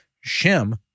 Shem